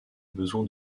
besoin